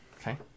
Okay